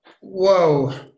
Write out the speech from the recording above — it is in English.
Whoa